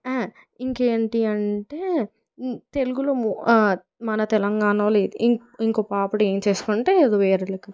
ఇంకేంటి అంటే తెలుగులో మూ మన తెలంగాణలో ఇంకో ఇంకొక పాపిడి ఏంచేసుకుంటే అది వేరే రకం